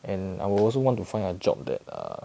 and I would also want to find a job that err